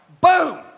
boom